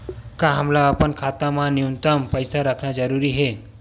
का हमला अपन खाता मा न्यूनतम पईसा रखना जरूरी हे?